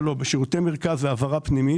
בשירותי מרכז זה העברה פנימית.